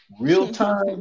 Real-time